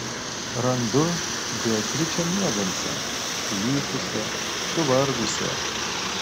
randu beatričę miegančią sulysusią suvargusią